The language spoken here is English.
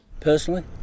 Personally